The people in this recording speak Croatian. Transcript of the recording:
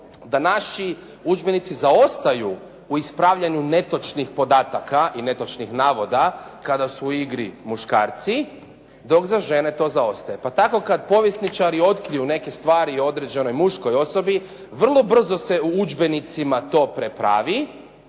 da naši udžbenici zaostaju u ispravljanju netočnih podataka i netočnih navoda kada su u igri muškarci dok za žene to zaostaje. Pa tako kada povjesničari otkriju neke stvari o određenoj muškoj osobi vrlo brzo se u udžbenicima to prepravi